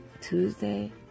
Tuesday